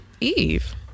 Eve